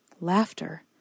Laughter